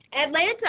Atlanta